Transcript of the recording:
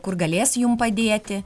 o kur galės jum padėti